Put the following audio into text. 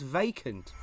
vacant